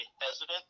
hesitant